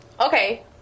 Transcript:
Okay